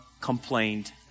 complained